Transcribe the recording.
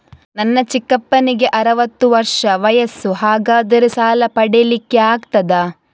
ನನ್ನ ಚಿಕ್ಕಪ್ಪನಿಗೆ ಅರವತ್ತು ವರ್ಷ ವಯಸ್ಸು, ಹಾಗಾದರೆ ಸಾಲ ಪಡೆಲಿಕ್ಕೆ ಆಗ್ತದ?